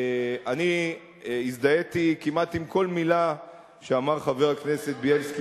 אני הזדהיתי כמעט עם כל מלה שאמר חבר הכנסת בילסקי